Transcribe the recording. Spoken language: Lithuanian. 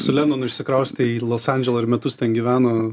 su lenonu išsikraustė į los andželą ir metus ten gyveno